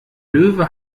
löwe